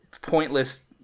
pointless